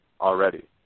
already